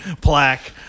plaque